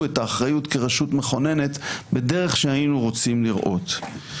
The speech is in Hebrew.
את האחריות כרשות מכוננת בדרך שהיינו רוצים לראות.